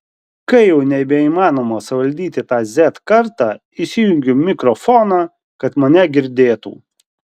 kai jau nebeįmanoma suvaldyti tą z kartą įsijungiu mikrofoną kad mane girdėtų